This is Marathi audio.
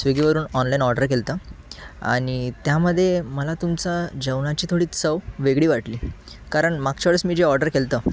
स्वीगीवरून ऑनलाईन ऑर्डर केलं होतं आणि त्यामध्ये मला तुमचं जेवणाची थोडी चव वेगळी वाटली कारण मागच्या वेळेस मी जे ऑर्डर केलं होतं